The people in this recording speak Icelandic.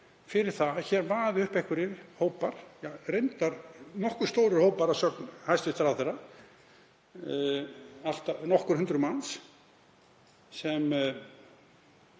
fyrir að hér vaði uppi einhverjir hópar, reyndar nokkuð stórir hópar að sögn hæstv. ráðherra, nokkur hundruð manns sem